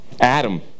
Adam